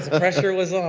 pressure was